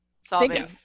solving